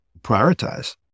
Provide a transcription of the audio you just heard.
prioritize